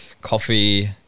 coffee